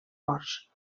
morts